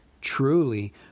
Truly